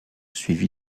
suivi